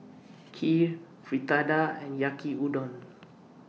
Kheer Fritada and Yaki Udon